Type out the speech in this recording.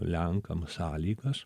lenkam sąlygas